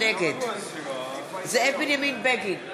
נגד זאב בנימין בגין,